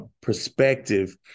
perspective